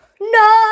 No